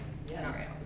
scenario